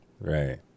Right